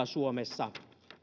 suomessa